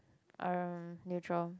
um neutral